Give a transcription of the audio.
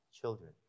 children